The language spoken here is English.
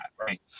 right